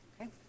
Okay